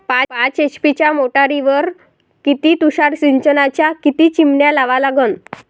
पाच एच.पी च्या मोटारीवर किती तुषार सिंचनाच्या किती चिमन्या लावा लागन?